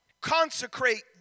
consecrate